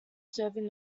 serving